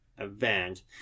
event